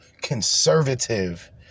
conservative